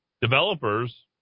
Developers